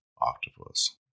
octopus